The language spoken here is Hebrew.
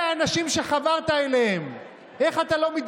אתה יודע, הוא סגן הרמטכ"ל וגיבור ישראל.